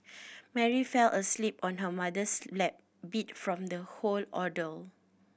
Mary fell asleep on her mother's lap beat from the whole ordeal